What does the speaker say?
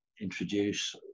introduce